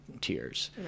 tears